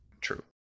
True